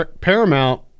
Paramount